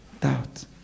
doubt